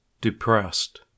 depressed